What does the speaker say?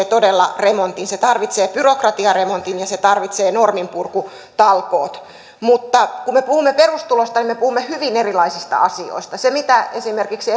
todella remontin se tarvitsee byrokratiaremontin ja se tarvitsee norminpurkutalkoot mutta kun me puhumme perustulosta niin me puhumme hyvin erilaisista asioista se mitä esimerkiksi